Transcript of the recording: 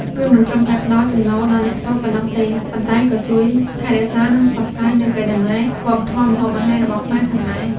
វាមិនត្រឹមតែផ្ដល់ចំណូលដល់អ្នកធ្វើប៉ុណ្ណោះទេ ប៉ុន្តែក៏ជួយថែរក្សា និងផ្សព្វផ្សាយនូវកេរដំណែលវប្បធម៌ម្ហូបអាហាររបស់ខ្មែរផងដែរ។